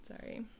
Sorry